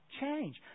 change